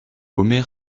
omer